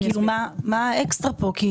מה האקסטרה פה?